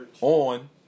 On